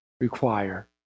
require